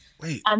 Wait